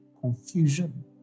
confusion